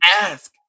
ask